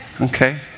okay